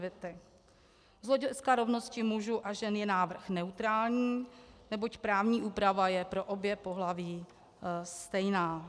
Z hlediska rovnosti mužů a žen je návrh neutrální, neboť právní úprava je pro obě pohlaví stejná.